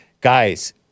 Guys